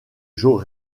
joe